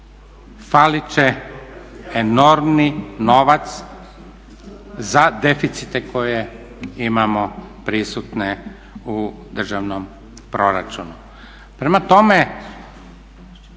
falit će enormni novac za deficite koje imao prisutne u državnom proračunu. Prema tome,